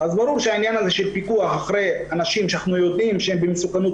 אז ברור שהעניין של פיקוח אחרי אנשים שאנחנו יודעים שהם במסוכנות